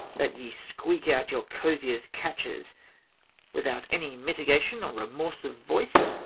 that ye squeak out your coziers' catches without any mitigation or remorse of voice?